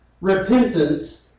repentance